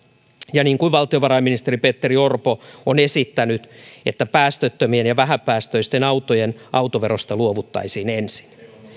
ja niin kuin valtiovarainministeri petteri orpo on esittänyt päästöttömien ja vähäpäästöisten autojen autoverosta luovuttaisiin ensin